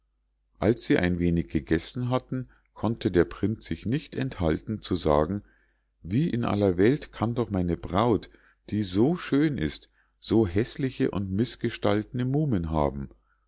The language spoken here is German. als sie ein wenig gesessen hatten konnte der prinz sich nicht enthalten zu sagen wie in aller welt kann doch meine braut die so schön ist so hässliche und missgestaltne muhmen haben